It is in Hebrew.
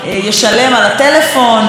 אינטרנט יש היום לכל אחד.